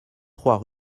trois